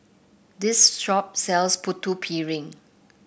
this shop sells Putu Piring